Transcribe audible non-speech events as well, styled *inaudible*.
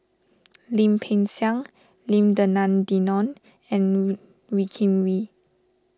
Lim Peng Siang Lim Denan Denon and *unintelligible* Wee Kim Wee